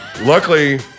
luckily